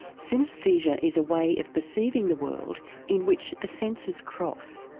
synaesthesia is a way of perceiving the world in which the senses cross.